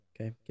Okay